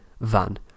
van